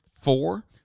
four